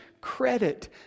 credit